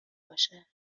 باشه